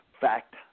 fact